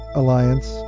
alliance